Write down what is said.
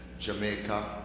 Jamaica